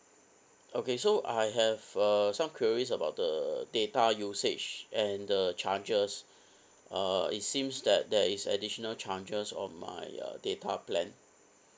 okay so I have uh some queries about the data usage and the charges uh it seems that there is additional charges on my uh data plan